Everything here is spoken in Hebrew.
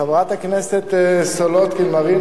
חברת הכנסת מרינה סולודקין,